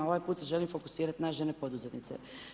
Ovaj put se želim fokusirat na žene poduzetnice.